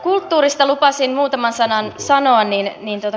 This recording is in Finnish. kulttuurista lupasin muutaman sanan sanoa